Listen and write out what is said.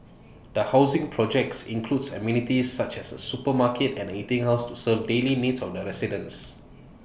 the housing projects includes amenities such as A supermarket and eating house to serve daily needs of residents